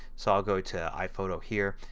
so go to iphoto here,